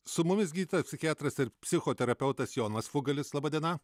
su mumis gydytojas psichiatras psichoterapeutas jonas fugalis laba diena